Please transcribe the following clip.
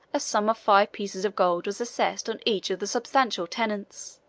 a sum of five pieces of gold was assessed on each of the substantial tenants